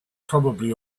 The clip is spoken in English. probably